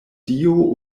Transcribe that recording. dio